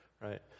right